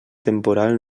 temporal